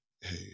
Hey